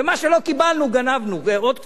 ומה שלא קיבלנו, גנבנו, ועוד קצת.